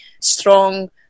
strong